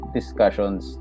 discussions